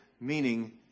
meaning